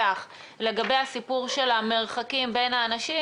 לגבי הסיפור של המרחקים בין האנשים,